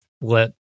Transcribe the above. let